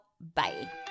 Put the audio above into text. Bye